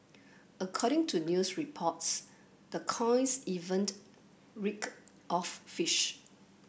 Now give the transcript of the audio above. according to news reports the coins even reeked of fish